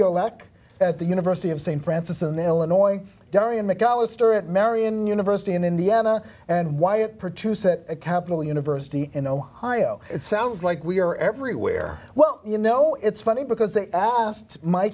look at the university of st francis in illinois daria mcallister at marion university in indiana and why it perturbs capital university in ohio it sounds like we're everywhere well you know it's funny because they asked my